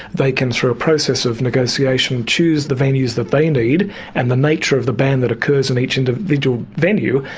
they can through a process of negotiation choose the venues that they need and the nature of the ban that occurs in each individual venue,